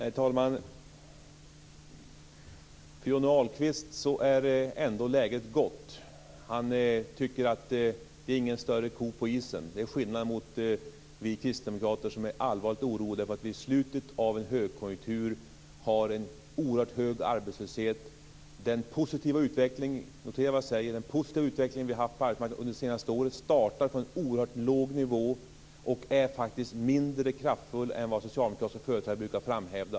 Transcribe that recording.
Herr talman! För Johnny Ahlqvist är ändå läget gott. Det är ingen större ko på isen. Till skillnad från honom är vi kristdemokrater allvarligt oroliga över att vi i slutet av en högkonjunktur har en oerhört hög arbetslöshet. Den positiva utveckling vi har haft på arbetsmarknaden under det senaste året - notera att jag säger det - startar från en oerhört låg nivå och är faktiskt mindre kraftfull än vad socialdemokratiska företrädare brukar framhäva.